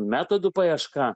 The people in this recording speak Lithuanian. metodų paieška